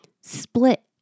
split